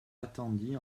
attendit